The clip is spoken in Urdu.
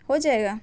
ہو جائے گا